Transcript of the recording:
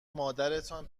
مادرتان